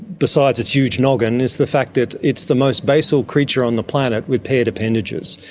besides its huge noggin, is the fact that it's the most basal creature on the planet with paired appendages,